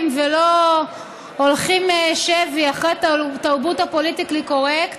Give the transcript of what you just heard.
ולא הולכים שבי אחרי תרבות הפוליטיקלי קורקט,